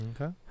Okay